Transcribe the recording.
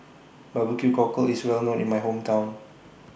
Barbecue Cockle IS Well known in My Hometown